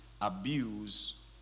abuse